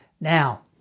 Now